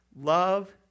love